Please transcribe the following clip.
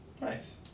nice